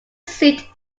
seat